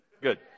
Good